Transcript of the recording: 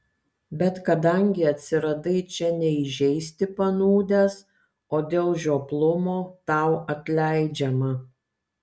bet kadangi atsiradai čia ne įžeisti panūdęs o dėl žioplumo tau atleidžiama